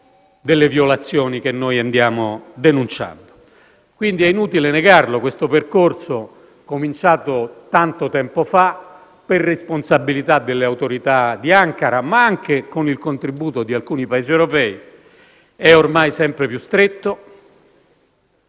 delle violazioni che noi abbiamo denunciato. È inutile negarlo, quindi: questo percorso, cominciato tanto tempo fa, per responsabilità delle autorità di Ankara ma anche con il contributo di alcuni Paesi europei, è ormai sempre più stretto